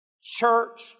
church